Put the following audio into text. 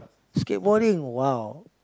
skateboarding !wow!